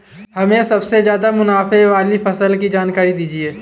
हमें सबसे ज़्यादा मुनाफे वाली फसल की जानकारी दीजिए